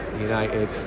United